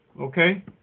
Okay